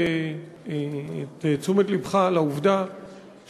ושמחתי לשמוע את הודעתו של חבר הכנסת ליברמן לפני כמה דקות,